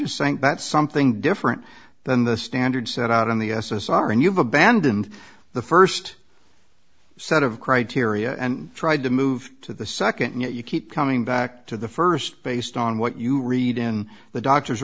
just saying that something different than the standard set out on the s s r and you've abandoned the first set of criteria and tried to move to the second yet you keep coming back to the first based on what you read in the doctor's